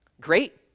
Great